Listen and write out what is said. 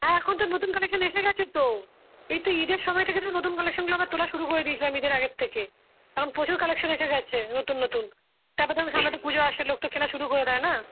হ্যাঁ এখন তো নতুন কালেকশান এসে গেছে তো এই তো ঈদের সময় থেকে তো নতুন কালেকশানগুলো আবার তোলে শুরু করে দিয়েছিলাম ঈদের আগের থেকে এখন প্রচুর কালেকশান এসে গেছে নতুন নতুন তারপর ধরুন সামনে তো পুজো আসছে লোক তো কেনা শুরু করে দেয় না